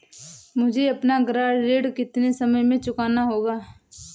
मुझे अपना गृह ऋण कितने समय में चुकाना होगा?